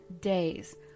days